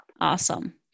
Awesome